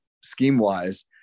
scheme-wise